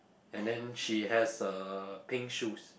and then she has uh pink shoes